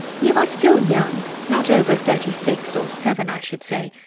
you are still young, not over thirty-six or seven, i should say,